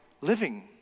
living